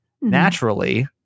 naturally